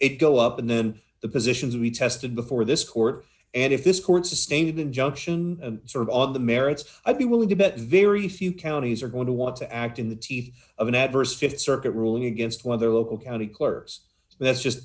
it go up and then the positions we tested before this court and if this court sustain an injunction sort of on the merits i'd be willing to bet very few counties are going to want to act in the teeth of an adverse th circuit ruling against one of their local county clerks that's just